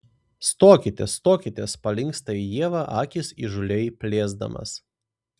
stokitės stokitės palinksta į ievą akis įžūliai plėsdamas